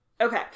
Okay